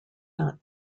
not